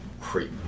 creep